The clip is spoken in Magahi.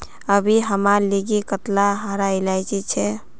अभी हमार लिगी कतेला हरा इलायची छे